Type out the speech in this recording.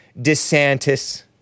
DeSantis